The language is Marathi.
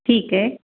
ठीक आहे